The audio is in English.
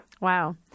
Wow